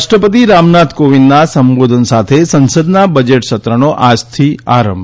રાષ્ટ્રપતિ રામનાથ કોવિંદના સંબોધન સાથે સંસદના બજેટ સત્રનો આજથી આરંભ